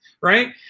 Right